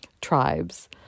tribes